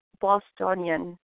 Bostonian